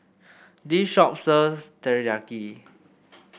this shop sells Teriyaki